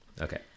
Okay